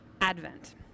Advent